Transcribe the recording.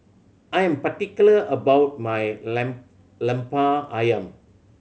I am particular about my Lemper Ayam